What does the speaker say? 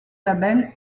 label